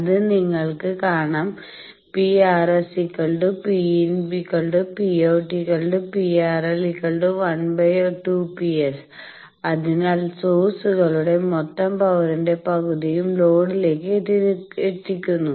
അത് നിങ്ങൾക്ക് കാണാം PRₛ PinPoutPRL 12Ps അതിനാൽ സോഴ്സുകളുടെ മൊത്തം പവറിന്റെ പകുതിയും ലോഡിലേക്ക് എത്തിക്കുന്നു